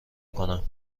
کنم